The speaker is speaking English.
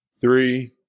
three